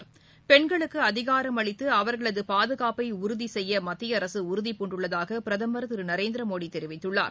வ பெண்களுக்கு அதிகாரம் அளித்து அவர்களது பாதுகாப்ளப உறுதி செய்ய மத்திய அரசு உறுதி பூண்டுள்ளதாக பிரதமர் திரு நரேந்திர மோடி தெரிவித்துள்ளார்